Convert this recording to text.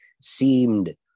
seemed